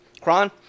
Kron